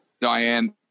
Diane